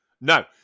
No